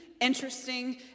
interesting